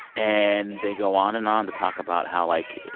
and they go on and on to talk about how, like,